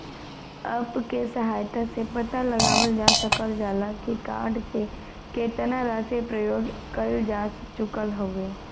app के सहायता से पता लगावल जा सकल जाला की कार्ड से केतना राशि प्रयोग कइल जा चुकल हउवे